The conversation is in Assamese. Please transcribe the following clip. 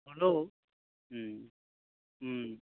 হ'লেও ও ও